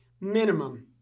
minimum